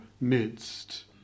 midst